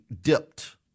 dipped